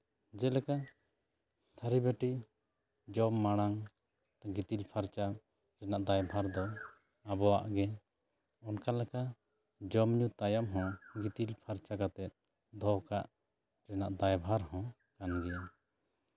ᱡᱮᱞᱮᱠᱟ ᱛᱷᱟᱹᱨᱤᱵᱟᱹᱴᱤ ᱡᱚᱢ ᱢᱟᱲᱟᱝ ᱜᱤᱛᱤᱞ ᱯᱷᱟᱨᱪᱟ ᱫᱟᱭᱵᱷᱟᱨ ᱫᱚ ᱟᱵᱚᱣᱟᱜ ᱜᱮ ᱚᱱᱠᱟ ᱞᱮᱠᱟ ᱡᱚᱢ ᱧᱩ ᱛᱟᱭᱚᱢ ᱦᱚᱸ ᱜᱤᱛᱤᱞ ᱯᱷᱟᱨᱪᱟ ᱠᱟᱛᱮᱫ ᱫᱚᱦᱚ ᱠᱟᱜ ᱨᱮᱱᱟᱜ ᱫᱟᱭᱵᱷᱟᱨ ᱦᱚᱸ ᱠᱟᱱ ᱜᱮᱭᱟ